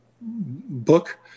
book